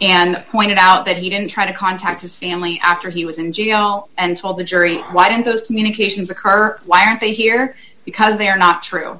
and pointed out that he didn't try to contact his family after he was in jail and told the jury why didn't those communications occur why aren't they here because they are not true